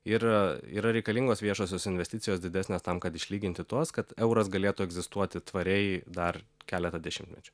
ir yra reikalingos viešosios investicijos didesnės tam kad išlyginti tuos kad euras galėtų egzistuoti tvariai dar keletą dešimtmečių